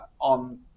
on